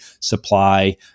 supply